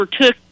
took